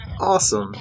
awesome